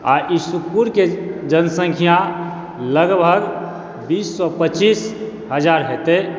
आ ई सुखपुरके जनसङ्ख्या लगभग बीस सए पच्चीस हजार हेतय